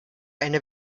eine